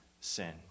sin